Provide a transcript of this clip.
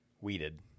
Weeded